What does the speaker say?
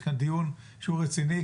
יש כאן דיון שהוא רציני.